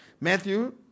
Matthew